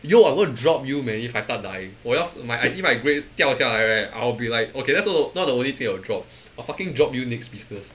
yo I'm gonna drop you man if I start dying or else I see my grades 掉下来 right I'll be like okay that's not that's not the only thing I'll drop I'll fucking drop you next business